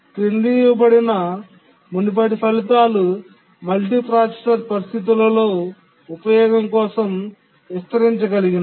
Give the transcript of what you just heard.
క్రింద ఇవ్వబడిన మునుపటి ఫలితాలు మల్టీప్రాసెసర్ పరిస్థితులతో ఉపయోగం కోసం విస్తరించగలిగినవి